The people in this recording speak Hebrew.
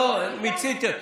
מיציתם,